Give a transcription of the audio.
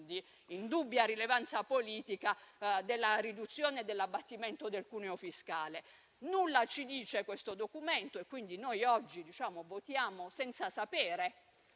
e di indubbia rilevanza politica che è la riduzione dell'abbattimento del cuneo fiscale. Nulla ci dice in proposito questo Documento e quindi oggi votiamo senza sapere